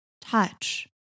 touch